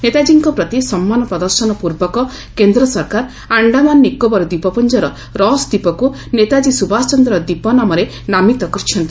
ନେତାଜୀଙ୍କ ପ୍ରତି ସମ୍ମାନ ପ୍ରଦର୍ଶନ ପୂର୍ବକ କେନ୍ଦ୍ର ସରକାର ଆଆ୍ଡାମାନ ନିକୋବର ଦ୍ୱୀପପୁଞ୍ଜର ରସ୍ ଦ୍ୱୀପକୁ 'ନେତାଜୀ ସୁଭାଷ ଚନ୍ଦ୍ର ଦ୍ୱୀପ' ନାମରେ ନାମିତ କରିଛନ୍ତି